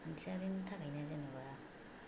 खान्थियारिनि थाखायनो जेनेबा